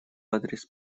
адрес